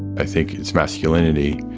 i think it's masculinity,